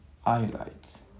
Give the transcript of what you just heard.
highlights